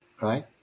right